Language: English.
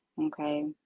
okay